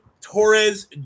Torres